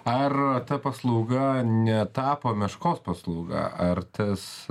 ar ta paslauga netapo meškos paslauga ar tas